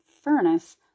furnace